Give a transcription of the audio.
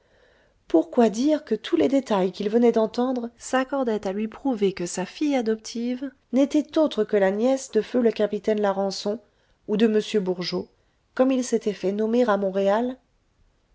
pourquoi dire que tous les détails qu'il venait d'entendre s'accordaient à lui prouver que sa fille adoptive n'était autre que la nièce de feu le capitaine larençon ou de m bourgeot comme il s'était fait nommer à montréal